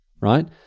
right